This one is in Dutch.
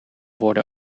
worden